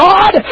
God